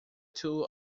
tool